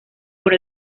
por